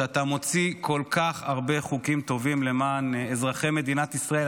אתה מוציא כל כך הרבה חוקים טובים למען אזרחי מדינת ישראל.